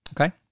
Okay